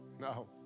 No